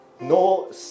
No